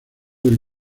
del